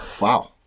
wow